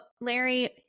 Larry